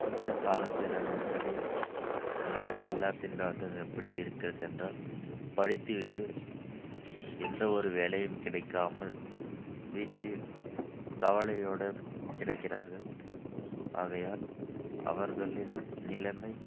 இந்த காலத்தில் நெருக்கடி வேலையில்லா திண்டாட்டம் எப்படி இருக்கிறது என்றால் படித்து விட்டு எந்த ஒரு வேலையும் கிடைக்காமல் வீட்டில் கவலையோடு கிடக்கிறார்கள் ஆகையால் அவர்களின் நிலைமை